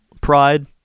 pride